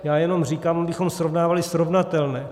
Já jenom říkám, abychom srovnávali srovnatelné.